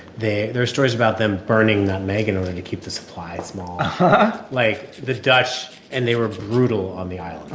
there are stories about them burning nutmeg in order to keep the supply small and like, the dutch and they were brutal on the islands,